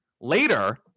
Later